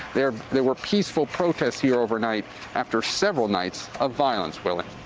there there were peaceful protests here overnight after several nights of violence, willie.